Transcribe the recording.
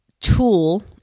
tool